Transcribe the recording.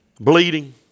Bleeding